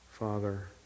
Father